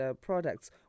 products